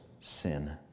sin